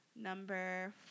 Number